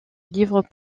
livres